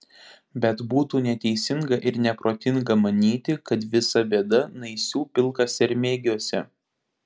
bet būtų neteisinga ir neprotinga manyti kad visa bėda naisių pilkasermėgiuose